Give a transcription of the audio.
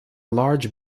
large